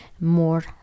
more